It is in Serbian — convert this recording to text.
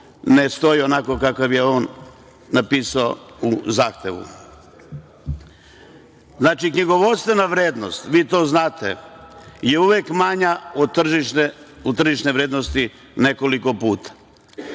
ne stoji onako kakav je on napisao u zahtevu. Znači, knjigovodstvena vrednost, a vi to znate, je uvek manja od tržišne vrednosti nekoliko puta.